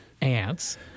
ants